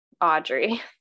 Audrey